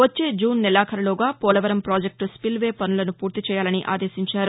వచ్చే జూన్ నెలాఖరులోగా Polavaram project spillway పసులను ఫూర్తిచేయాలని ఆదేశించారు